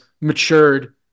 matured